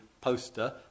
poster